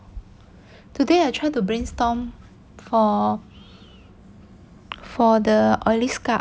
today I try to brainstorm for for the oily scalp